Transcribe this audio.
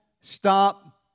stop